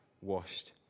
washed